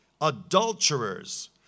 adulterers